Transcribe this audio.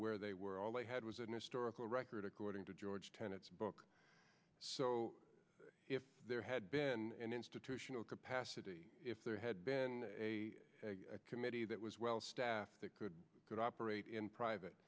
where they were all they had was an historical record according to george tenet's book so if there had been institutional capacity if there had been a committee that was well staffed that could could operate in private